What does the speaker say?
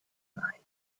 night